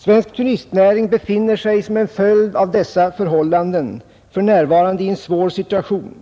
Svensk turistnäring befinner sig till följd av dessa förhållanden för närvarande i en svår situation,